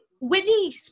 Whitney